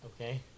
Okay